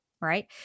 right